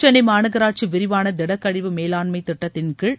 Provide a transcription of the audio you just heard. சென்னை மாநகராட்சி விரிவான திடக்கழிவு மேலாண்மை திட்டத்தின் கீழ்